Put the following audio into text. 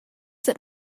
that